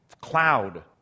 cloud